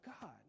God